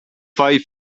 five